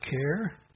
care